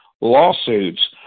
lawsuits